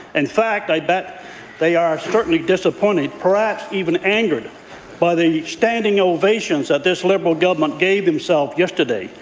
in fact, i bet they are certainly disappointed, perhaps even angered by the standing ovations that this liberal government gave themselves yesterday.